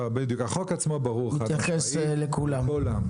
בדיוק, החוק עצמו ברור חד משמעית, לכולם.